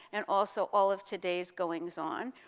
and also all of today's goings-on.